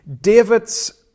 David's